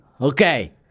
Okay